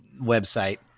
website